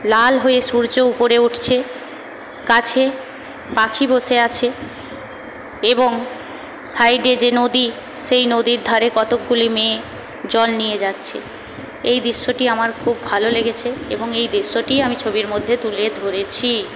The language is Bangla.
লাল হয়ে সূর্য উপরে উঠছে গাছে পাখি বসে আছে এবং সাইডে যে নদী সেই নদীর ধারে কতকগুলি মেয়ে জল নিয়ে যাচ্ছে এই দৃশ্যটি আমার খুব ভালো লেগেছে এবং এই দৃশ্যটিই আমি ছবির মধ্যে তুলে ধরেছি